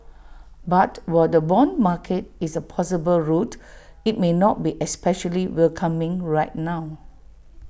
but while the Bond market is A possible route IT may not be especially welcoming right now